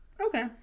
Okay